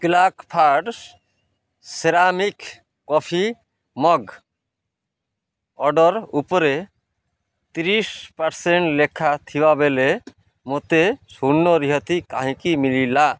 Claycraft ceramic coffee mug order ଉପରେ ଛତିଶ percent ଲେଖା ଥିବାବେଳେ ମୋତେ ଶୂନ ରିହାତି କାହିଁକି ମିଳିଲା